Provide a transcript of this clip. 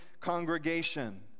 congregation